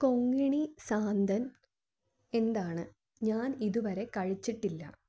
കൊങ്കിണി സാന്തൻ എന്താണ് ഞാൻ ഇതുവരെ കഴിച്ചിട്ടില്ല